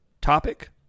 topic